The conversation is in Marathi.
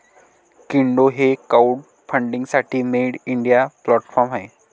कीटो हे क्राउडफंडिंगसाठी मेड इन इंडिया प्लॅटफॉर्म आहे